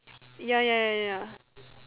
ya ya ya